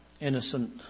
innocent